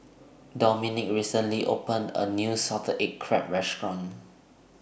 Domenick recently opened A New Salted Egg Crab Restaurant